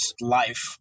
life